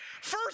First